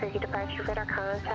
the departure but